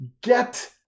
Get